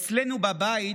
אצלנו בבית,